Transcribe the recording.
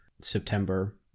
September